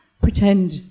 pretend